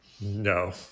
no